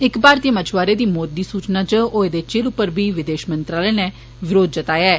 इक भारतीय मछुआरे दी मौत दी सूचना इच होए दे चिर उप्पर बी विदेश मंत्रालय नै विरोघ जतया ऐ